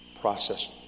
process